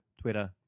Twitter